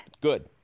Good